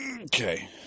Okay